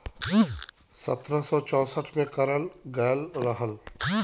सत्रह सौ चौंसठ में करल गयल रहल